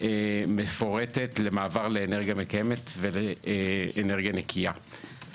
מפורטת למעבר לאנרגיה מקיימת ולאנרגיה נקייה.